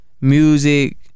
music